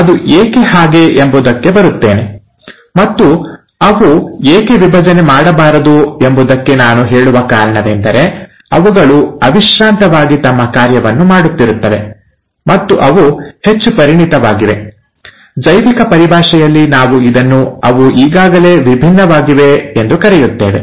ಅದು ಏಕೆ ಹಾಗೆ ಎಂಬುದಕ್ಕೆ ಬರುತ್ತೇನೆ ಮತ್ತು ಅವು ಏಕೆ ವಿಭಜನೆ ಮಾಡಬಾರದು ಎಂಬುದಕ್ಕೆ ನಾನು ಹೇಳುವ ಕಾರಣವೆಂದರೆ ಅವುಗಳು ಅವಿಶ್ರಾಂತವಾಗಿ ತಮ್ಮ ಕಾರ್ಯವನ್ನು ಮಾಡುತ್ತಿರುತ್ತವೆ ಮತ್ತು ಅವು ಹೆಚ್ಚು ಪರಿಣಿತವಾಗಿವೆ ಜೈವಿಕ ಪರಿಭಾಷೆಯಲ್ಲಿ ನಾವು ಇದನ್ನು ಅವು ಈಗಾಗಲೇ ʼವಿಭಿನ್ನವಾಗಿವೆʼ ಎಂದು ಕರೆಯುತ್ತೇವೆ